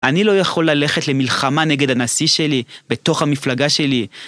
אני לא יכול ללכת למלחמה נגד הנשיא שלי, בתוך המפלגה שלי.